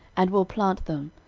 and will plant them,